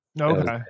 Okay